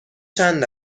چند